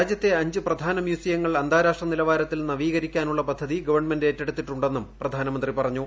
രാജ്യത്തെ അഞ്ച് പ്രധാന മ്യൂസിയങ്ങൾ അന്താരാഷ്ട്ര നിലവാരത്തിൽ നവീകരിക്കാനുള്ള പദ്ധതി ഗവൺമെന്റ് ഏറ്റെടുത്തിട്ടുണ്ടെന്നും പ്രധാനമന്ത്രി പറഞ്ഞു